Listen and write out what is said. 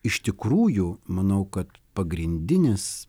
iš tikrųjų manau kad pagrindinis